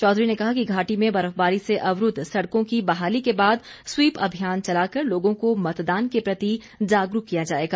चौधरी ने कहा घाटी में बर्फबारी से अवरूद्व सड़कों की बहाली के बाद स्वीप अभियान चला कर लोगों को मतदान के प्रति जागरूक किया जाएगा